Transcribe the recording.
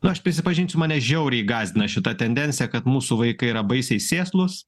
nu aš prisipažinsiu mane žiauriai gąsdina šita tendencija kad mūsų vaikai yra baisiai sėslūs